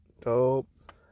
Dope